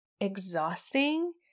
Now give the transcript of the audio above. exhausting